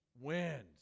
wins